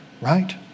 Right